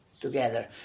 together